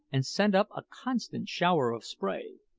and sent up a constant shower of spray.